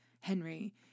Henry